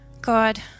God